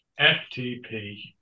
FTP